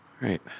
right